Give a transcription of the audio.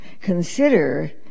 consider